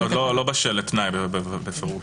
זה עוד לא בשל לתנאי, בפירוש.